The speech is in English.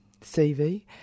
CV